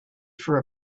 for